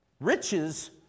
Riches